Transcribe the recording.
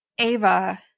Ava